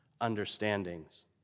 understandings